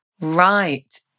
Right